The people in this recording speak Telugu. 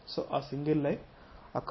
సొ ఆ సింగిల్ లైన్ అక్కడ ఉంది